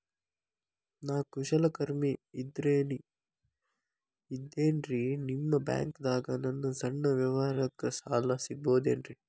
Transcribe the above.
ನಾ ಕುಶಲಕರ್ಮಿ ಇದ್ದೇನ್ರಿ ನಿಮ್ಮ ಬ್ಯಾಂಕ್ ದಾಗ ನನ್ನ ಸಣ್ಣ ವ್ಯವಹಾರಕ್ಕ ಸಾಲ ಸಿಗಬಹುದೇನ್ರಿ?